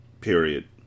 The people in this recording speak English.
period